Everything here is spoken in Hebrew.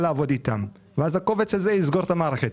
לעבוד איתן ואז הקובץ הזה יסגור את המערכת.